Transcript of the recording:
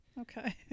Okay